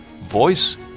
voice